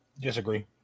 disagree